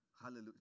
Hallelujah